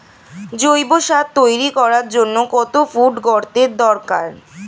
জৈব সার তৈরি করার জন্য কত ফুট গর্তের দরকার?